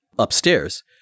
Upstairs